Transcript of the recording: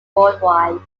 worldwide